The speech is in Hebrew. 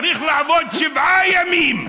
צריך לעבוד שבעה ימים.